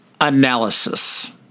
analysis